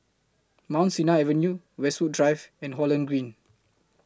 Mount Sinai Avenue Westwood Drive and Holland Green